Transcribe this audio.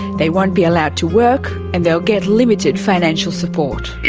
they won't be allowed to work, and they'll get limited financial support.